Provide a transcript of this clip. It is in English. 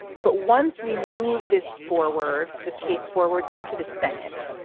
but once we move this forward, this case forward into the senate,